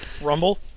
Rumble